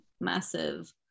massive